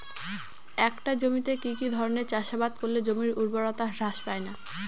একটা জমিতে কি কি ধরনের চাষাবাদ করলে জমির উর্বরতা হ্রাস পায়না?